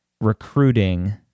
recruiting